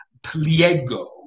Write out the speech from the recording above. Pliego